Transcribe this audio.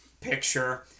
picture